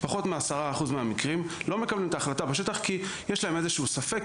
פחות מ-10% מהמקרים לא מקבלים את ההחלטה בשטח כי יש להם איזשהו ספק,